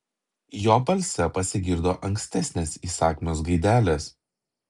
jo balse pasigirdo ankstesnės įsakmios gaidelės